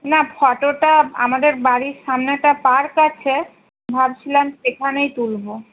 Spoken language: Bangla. না ফটোটা আমাদের বাড়ির সামনেটা পার্ক আছে ভাবছিলাম সেখানেই তুলবো